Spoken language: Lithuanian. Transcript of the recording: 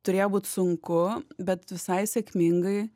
turėjo būt sunku bet visai sėkmingai